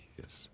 yes